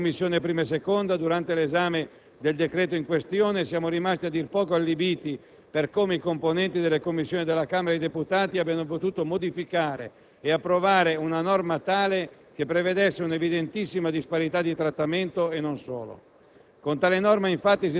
Tutti noi componenti delle Commissioni 1a e 2 a, durante l'esame del decreto in questione, siamo rimasti a dir poco allibiti per come i componenti delle Commissioni della Camera dei deputati abbiano potuto modificare e approvare una norma tale da prevedere una evidentissima disparità di trattamento e non solo: